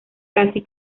casi